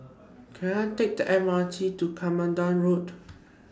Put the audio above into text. Can I Take The M R T to Katmandu Road